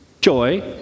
joy